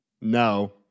No